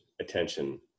attention